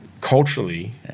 culturally